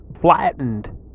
flattened